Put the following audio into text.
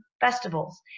festivals